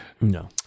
No